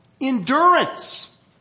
endurance